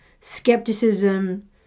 skepticism